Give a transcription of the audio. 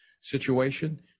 situation